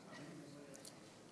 תודה,